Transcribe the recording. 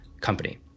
company